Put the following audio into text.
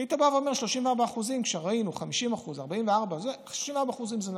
כי היית אומר: כשראינו 50%, 44%, 34% זה נמוך.